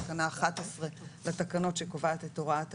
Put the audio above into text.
תקנה 11 לתקנות שקובעת את הוראת השעה.